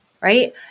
right